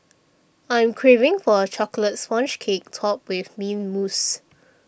I am craving for a Chocolate Sponge Cake Topped with Mint Mousse